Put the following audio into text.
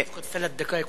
יש לך שלוש דקות וחצי.)